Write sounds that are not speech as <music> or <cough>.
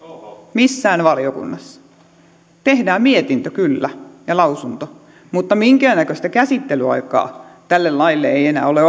missään valiokunnassa tehdään mietintö kyllä ja lausunto mutta minkäännäköistä käsittelyaikaa tälle laille ei enää ole <unintelligible>